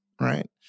Right